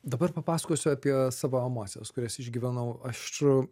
dabar papasakosiu apie savo emocijas kurias išgyvenau aš